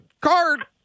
card